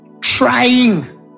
trying